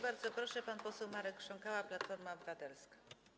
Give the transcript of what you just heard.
Bardzo proszę, pan poseł Marek Krząkała, Platforma Obywatelska.